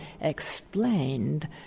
explained